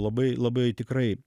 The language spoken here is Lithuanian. labai labai tikrai